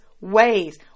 ways